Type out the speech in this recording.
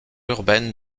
urbaine